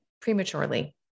prematurely